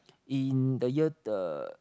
in the year the